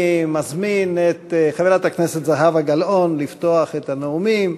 אני מזמין את חברת הכנסת זהבה גלאון לפתוח את הנאומים.